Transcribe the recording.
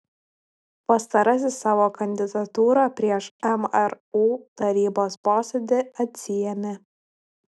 pastarasis savo kandidatūrą prieš mru tarybos posėdį atsiėmė